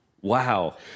Wow